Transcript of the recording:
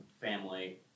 family